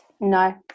no